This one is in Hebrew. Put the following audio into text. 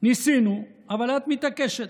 ניסינו, אבל את מתעקשת.